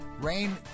Rain